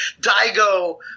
Daigo